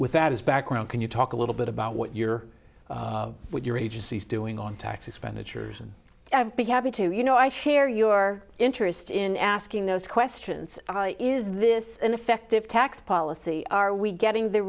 without his background can you talk a little bit about what your what your agency is doing on tax expenditures and i've been happy to you know i share your interest in asking those questions is this an effective tax policy are we getting the